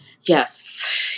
Yes